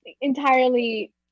entirely